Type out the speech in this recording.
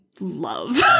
love